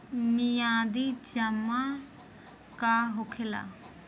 मियादी जमा का होखेला?